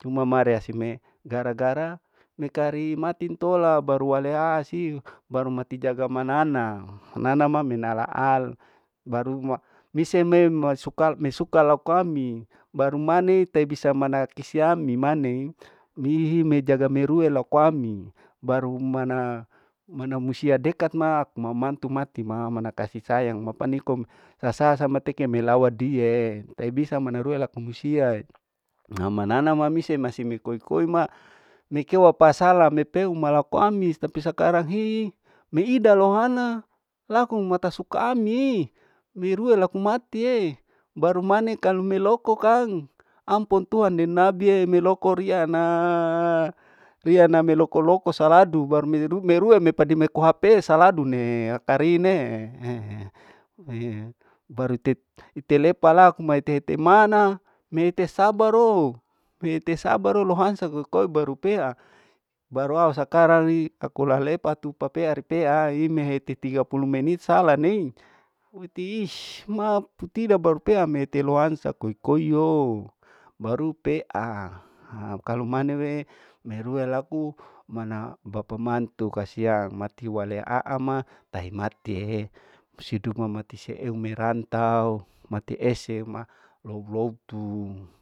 Uma marea sime, gara gara mikarimatin tola baru walea siu, baru matin jaga mana ana, nana ma menala al, baru misie masuka mesuka lau kami, baru manei tai bisa mana kisi ami manei, mihi mejaga merue kaluami, baru mana, mana musia dekat ma mama mantu mati ma mana kasi sayang paniko rasa sasa mateke melawa diyee, tai bisa mana rue laku musiae au manana musie mi koi koi ma, mikeu apa sala me peu malaku ami tapi sakarang hii mehida louhana laku matasuka ami, mirue laku matie, baru mane kalu meloko kang ampong tuhan deng nabie, meloko riyanaa, riyana meloko loko saladu, baru medu merue mepade meko hp saladu nehe kari nehe, baru tet itelepa lak mai tete mana mehete sabaro, mehete sabaro lehansa koi koi baru pea, baru au sakarangi aku lalepetu papea ripeari mehete tiga pulu menit sala nei, ma mutida berpaeme lohansa koi koio baru pea, haakalu mane wemerue laku mana bapa mantu kasiang mati wale a'ama tahi matie, hidup mama mati seu merantau mah lou lou tuu.